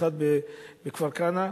אחד בכפר-כנא,